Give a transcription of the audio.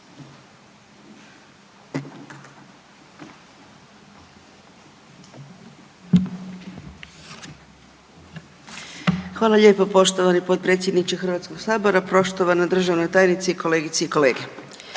Hvala lijepo poštovani potpredsjedniče Hrvatskog sabora. Poštovana državna tajnice i kolegice i kolege,